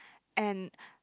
and